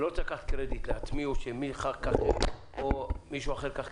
אני לא רוצה לקחת קרדיט לעצמי או מישהו אחר ייקח קרדיט.